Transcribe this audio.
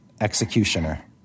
executioner